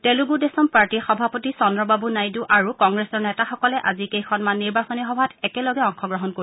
তেলুগু দেশম পাৰ্টীৰ সভাপতি চন্দ্ৰবাবু নাইডু আৰু কংগ্ৰেছৰ নেতাসকলে আজি কেইখনমান নিৰ্বাচনী সভাত একেলগে অংশগ্ৰহণ কৰিব